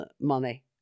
money